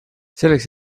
selleks